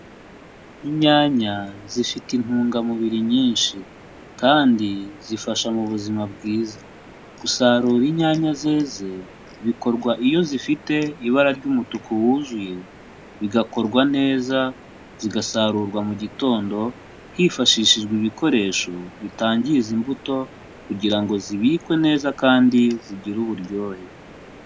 Inyanya zifite intungamubiri nyinshi kandi zifasha mu buzima bwiza. Gusarura inyanya zeze bikorwa iyo zifite ibara ry'umutuku wuzuye, bigakorwa neza zigasarurwa mu gitondo hifashishijwe ibikoresho bitangiza imbuto, kugira ngo zibikwe neza kandi zigire uburyohe.